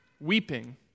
Weeping